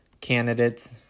candidates